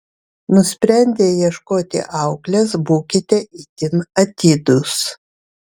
nusprendę ieškoti auklės būkite itin atidūs